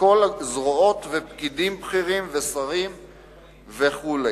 כל הזרועות, פקידים בכירים ושרים וכו',